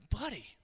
buddy